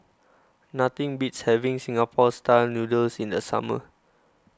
nothing beats having Singapore Style Noodles in the summer